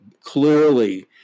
clearly